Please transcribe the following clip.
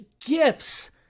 gifts